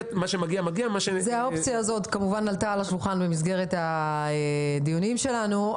האופציה הזאת באמת עלתה במסגרת הדיונים שלנו.